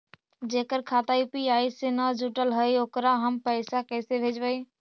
जेकर खाता यु.पी.आई से न जुटल हइ ओकरा हम पैसा कैसे भेजबइ?